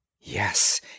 Yes